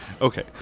Okay